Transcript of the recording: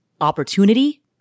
opportunity